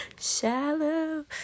shallow